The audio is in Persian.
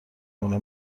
مونه